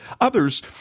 Others